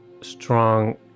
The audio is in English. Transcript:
strong